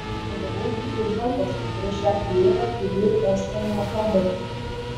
pagavau jį už rankos prieš jam įeinant į vyrų persirengimo kambarį